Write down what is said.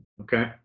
okay